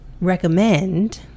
recommend